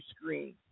screen